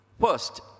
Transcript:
First